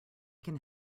can